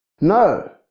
No